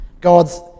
God's